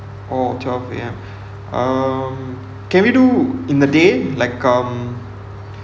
oh twelve A_M um can we do in a day like um